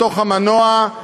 בתוך המנוע,